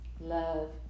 love